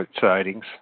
sightings